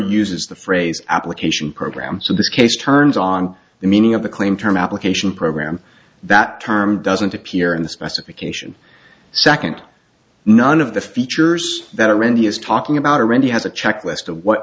uses the phrase application program so the case turns on the meaning of the claimed term application program that term doesn't appear in the specification second none of the features that randy is talking about already has a checklist of what